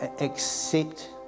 accept